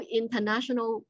international